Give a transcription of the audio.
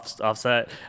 offset